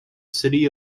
city